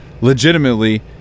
legitimately